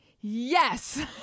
Yes